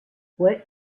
fue